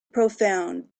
profound